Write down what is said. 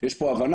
יש פה הבנה.